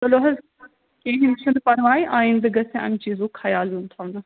تُلِو حظ کِہیٖنۍ چھُنہٕ پرواے آیندٕ گَژھہِ اَمہِ چیٖزُک خیال یُن تھاونہٕ